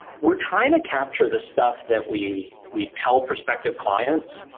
we're trying to capture the stuff that we we tell prospective clients.